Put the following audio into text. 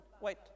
Wait